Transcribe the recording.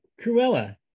Cruella